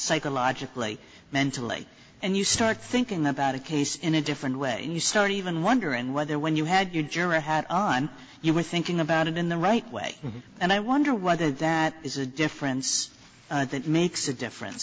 psychologically mentally and you start thinking about a case in a different way and you start even wondering whether when you had your juror had on you were thinking about it in the right way and i wonder whether that is a difference that makes a difference